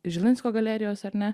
žilinsko galerijos ar ne